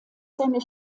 seiner